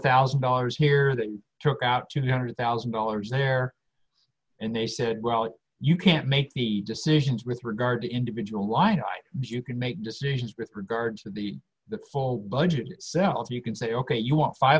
thousand dollars here that took out two hundred thousand dollars there and they said well you can't make the decisions with regard to individual why you can make decisions with regards to the the full budget itself so you can say ok you want five